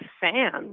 fans